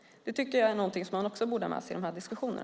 Det tycker jag är någonting man också borde ha med sig i dessa diskussioner.